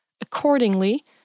Accordingly